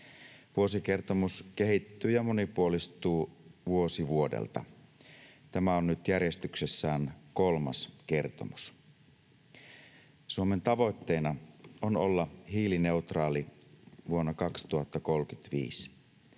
Vuosikertomus kehittyy ja monipuolistuu vuosi vuodelta. Tämä on nyt järjestyksessään kolmas kertomus. Suomen tavoitteena on olla hiilineutraali vuonna 2035.